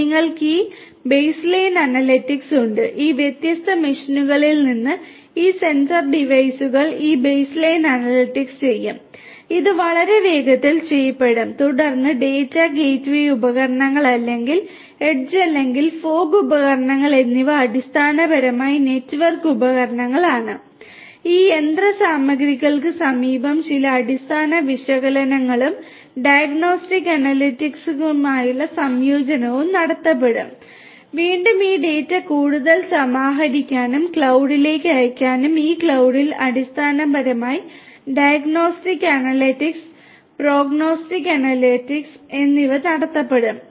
നിങ്ങൾക്ക് ഈ baseline analytics ഉണ്ട് ഈ വ്യത്യസ്ത മെഷീനുകളിൽ നിന്ന് ഈ സെൻസർ ഡിവൈസുകൾ ഈ ബേസ്ലൈൻ അനലിറ്റിക്സ് ചെയ്യും അത് വളരെ വേഗത്തിൽ ചെയ്യപ്പെടും തുടർന്ന് ഡാറ്റ ഗേറ്റ്വേ ഉപകരണങ്ങൾ അല്ലെങ്കിൽ എഡ്ജ് അല്ലെങ്കിൽ ഫോഗ് ഉപകരണങ്ങൾ എന്നിവ അടിസ്ഥാനപരമായി നെറ്റ്വർക്ക് ഉപകരണങ്ങളാണ് ഈ യന്ത്രസാമഗ്രികൾക്ക് സമീപം ചില അടിസ്ഥാന വിശകലനങ്ങളും ഡയഗ്നോസ്റ്റിക് അനലിറ്റിക്സുകളുമായുള്ള സംയോജനവും നടത്തപ്പെടും വീണ്ടും ഈ ഡാറ്റ കൂടുതൽ സമാഹരിക്കാനും ക്ലൌഡിലേക്ക് അയയ്ക്കാനും ഈ ക്ലൌഡിൽ അടിസ്ഥാനപരമായി ഡയഗ്നോസ്റ്റിക് അനലിറ്റിക്സ് പ്രൊഗ്നോസ്റ്റിക് അനലിറ്റിക്സ് എന്നിവ നടത്തപ്പെടും